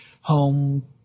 home